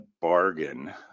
bargain